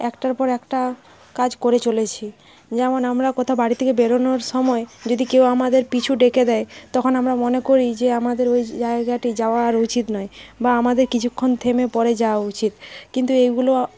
একটার পর একটা কাজ করে চলেছি যেমন আমরা কোথাও বাড়ি থেকে বেরোনোর সময় যদি কেউ আমাদের পিছু ডেকে দেয় তখন আমরা মনে করি যে আমাদের ওই জায়গাটি যাওয়া আর উচিত নয় বা আমাদের কিছুক্ষণ থেমে পরে যাওয়া উচিত কিন্তু এইগুলো